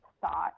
thought